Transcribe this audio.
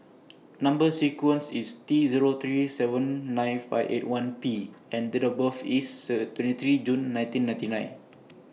Number sequence IS T Zero three seven nine five eight one P and Date of birth IS Third twenty three June nineteen ninety nine